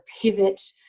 pivot